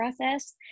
process